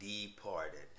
Departed